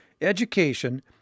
education